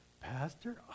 Pastor